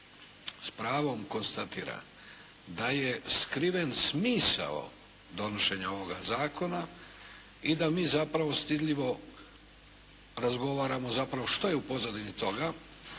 pravom konstatira da je skriven smisao donošenja ovoga Zakona i da mi zapravo stidljivo razgovaramo zapravo što je u pozadini toga